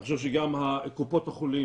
אני חושב שגם קופות החולים,